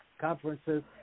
conferences